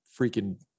freaking